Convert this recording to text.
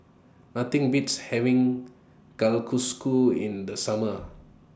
Nothing Beats having in The Summer